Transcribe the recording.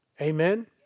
Amen